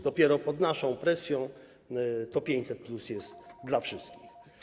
Dopiero pod naszą presją 500+ jest dla wszystkich.